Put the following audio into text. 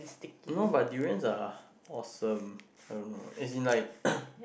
no but durians are awesome no no as in like